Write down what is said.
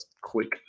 quick